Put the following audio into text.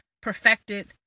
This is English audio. perfected